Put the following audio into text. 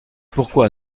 pourquoi